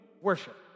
worship